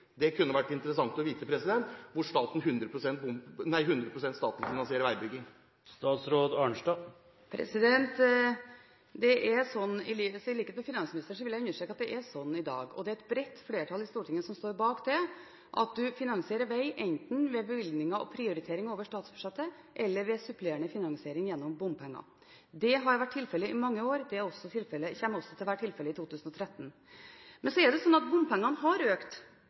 Det kunne vært interessant å vite hvor staten finansierer veibygging 100 pst. I likhet med finansministeren vil jeg understreke at det er slik i dag – og det er et bredt flertall i Stortinget som står bak det – at en finansierer vei enten ved bevilgninger og prioriteringer over statsbudsjettet eller ved supplerende finansiering gjennom bompenger. Det har vært tilfellet i mange år, det kommer også til å være tilfellet i 2013. Men så er det slik at bompengeandelen har økt.